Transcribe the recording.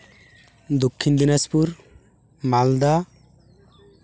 ᱫᱚᱠᱠᱷᱤᱱ Dinajpur ᱢᱟᱞᱫᱟ